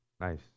nice